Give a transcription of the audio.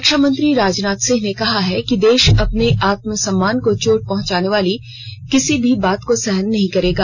रक्षामंत्री राजनाथ सिंह ने कहा है कि देश अपने आत्म सम्मान को चोट पहंचाने वाली किसी भी बात को सहन नहीं करेगा